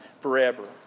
forever